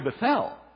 Bethel